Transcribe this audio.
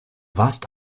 warst